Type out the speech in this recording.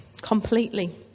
completely